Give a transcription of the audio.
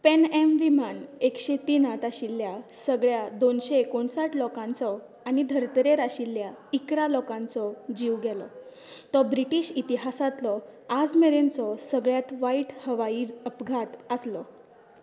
pan Am विमान एकशे तिनात आशिल्ल्या सगळ्या दोनशे एकोणसाठ लोकांचो आनी धर्तरेर आशिल्ल्या इकरा लोकांचो जीव गेलो तो ब्रिटीश इतिहासातलो आजमेरेनचो सगळ्यात वायट हवाई अपघात आसलो